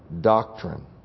doctrine